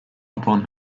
upon